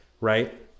right